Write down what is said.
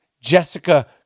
Jessica